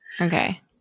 okay